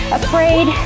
afraid